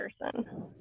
person